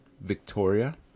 Victoria